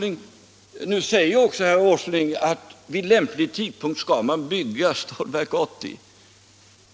Nu säger också herr Åsling att man vid lämplig tidpunkt skall bygga Stålverk 80.